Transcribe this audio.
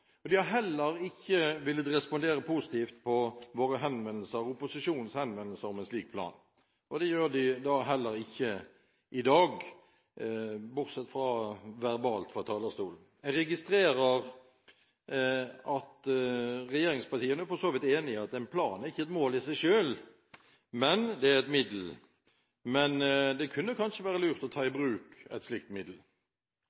har heller ikke villet respondere positivt på opposisjonens henvendelser om en slik plan. Det gjør de da heller ikke i dag, bortsett fra verbalt, fra talerstolen. Jeg registrerer at regjeringspartiene for så vidt er enig i at en plan ikke er et mål i seg selv, men det er et middel. Men det kunne kanskje være lurt å ta i